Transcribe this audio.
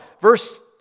Verse